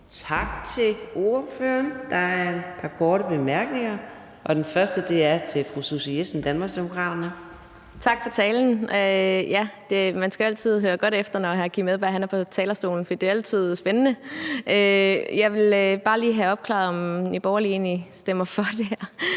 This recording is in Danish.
Tak til ordføreren. Der er et par korte bemærkninger. Den første er til fru Susie Jessen, Danmarksdemokraterne. Kl. 15:26 Susie Jessen (DD): Tak for talen. Man skal jo altid høre godt efter, når hr. Kim Edberg Andersen er på talerstolen, for det er altid spændende. Jeg vil bare lige have opklaret, om Nye Borgerlige egentlig stemmer for det her.